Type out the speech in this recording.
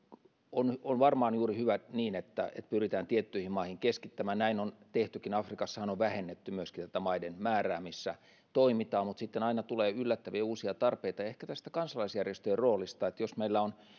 on on varmaan hyvä juuri niin että pyritään tiettyihin maihin keskittämään näin on tehtykin afrikassahan on myöskin vähennetty niiden maiden määrää missä toimitaan mutta sitten aina tulee yllättäviä uusia tarpeita ehkä tästä kansalaisjärjestöjen roolista jos meillä on